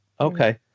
Okay